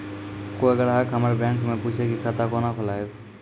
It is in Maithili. कोय ग्राहक हमर बैक मैं पुछे की खाता कोना खोलायब?